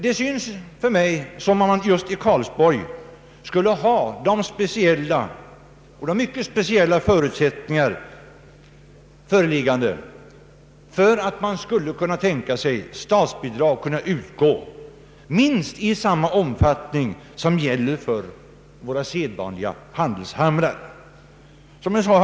Det synes mig som om just i Karlsborg de mycket speciella förutsättningarna skulle föreligga för att man skulle kunna tänka sig att statsbidrag kan utgå i minst lika stor omfattning som för våra sedvanliga handelshamnar. Herr talman!